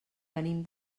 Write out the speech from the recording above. venim